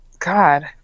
god